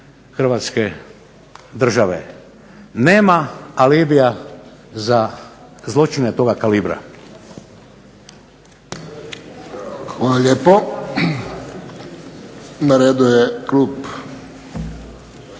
Hrvatske države. Nema alibija za zločine toga kalibra.